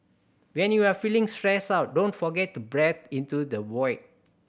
when you are feeling stressed out don't forget to breathe into the void